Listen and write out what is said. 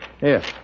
Yes